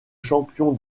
champion